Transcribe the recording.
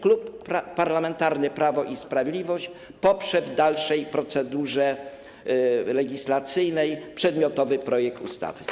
Klub Parlamentarny Prawo i Sprawiedliwość poprze w dalszej procedurze legislacyjnej przedmiotowy projekt ustawy.